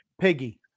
Piggy